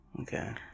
Okay